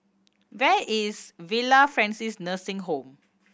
where is Villa Francis Nursing Home